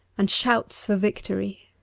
and shouts for victory.